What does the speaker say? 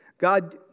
God